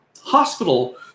hospital